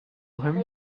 him